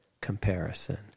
comparison